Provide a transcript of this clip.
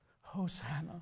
Hosanna